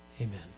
Amen